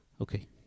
Okay